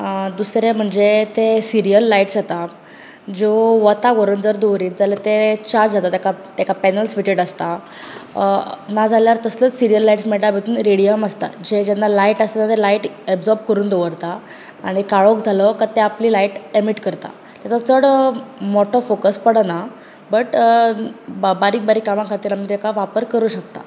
अ दुसरें म्हणजे ते सिरीयल लायटज येता ज्यो वोताक व्हरुन जर दोवरीत जाल्यार ते चार्ज जाता तेका तेका पॅनल्स फिटेड आसता अ ना जाल्यार तसल्योच सिरीयल लायटज मेळटा पळय तेंतून रेडियम आसतात जे जेन्ना लायट आसता तेन्ना लायट ऐब्सॅार्ब करुन दोवरता आनी कळोख जालो क ते आपली लायट इमिट करता तेजो चड अ मोटो फोकस पडना बट अ ब बारीक बारीक कामा खातीर तेका वापर आमी करुंक शकता